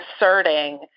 asserting